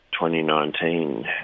2019